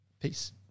peace